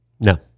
No